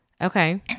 Okay